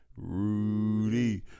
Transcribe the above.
Rudy